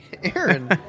Aaron